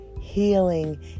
healing